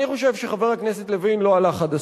אני חושב שחבר הכנסת לוין לא הלך עד הסוף.